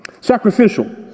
Sacrificial